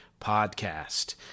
podcast